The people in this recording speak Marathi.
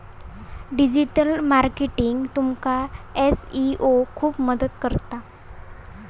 डिजीटल मार्केटिंगाक तुमका एस.ई.ओ खूप मदत करता